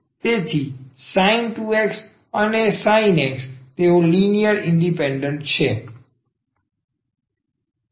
તેથી sin 2x અને sin x તેઓ લિનિયર ઇન્ડિપેન્ડન્ટ છે